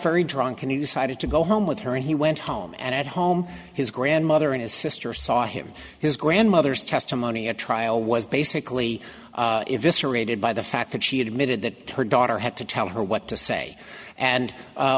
very drunk and he decided to go home with her and he went home and at home his grandmother and his sister saw him his grandmother's testimony at trial was basically rated by the fact that she admitted that her daughter had to tell her what to say and